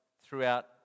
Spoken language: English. throughout